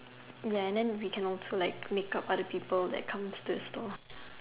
ya and then we can also like makeup other people that comes to the store